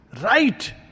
right